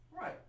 Right